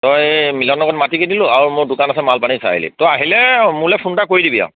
তই এই মিলন নগৰত মাটি কিনিলোঁ আৰু মোৰ দোকান আছে মালপানী চাৰিআলিত তই আহিলে মোলে ফোন এটা কৰি দিবি আৰু